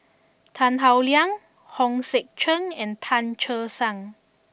Tan Howe Liang Hong Sek Chern and Tan Che Sang